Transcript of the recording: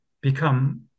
become